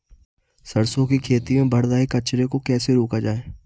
सरसों की खेती में बढ़ रहे कचरे को कैसे रोका जाए?